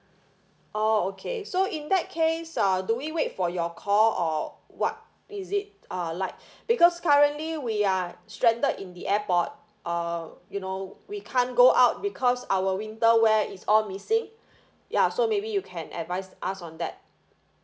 oh okay so in that case uh do we wait for your call or what is it uh like because currently we are stranded in the airport uh you know we can't go out because our winter wear is all missing ya so maybe you can advise us on that